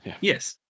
Yes